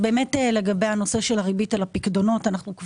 לגבי הריבית על הפיקדונות.